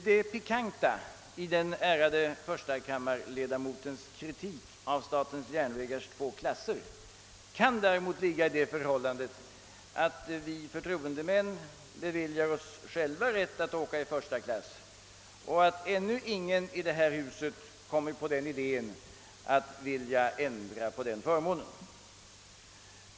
Det pikanta i den ärade förstakammarledamotens kritik av statens järnvägars två klasser kan kanske ligga i det förhållandet att vi förtroendemän beviljar oss själva rätt att åka i första klass och att ännu ingen i detta hus kommit på idén att man skall ändra på den förmånen.